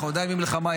אנחנו עדיין במלחמה,